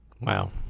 wow